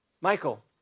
Michael